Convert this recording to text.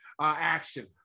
action